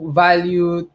value